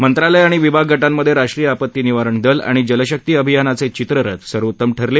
मंत्रालय आणि विभाग गटांमध्ये राष्ट्रीय आपत्ती निवारण दल आणि जलशक्ती अभियानाचे चित्ररथ सर्वोत्तम ठरले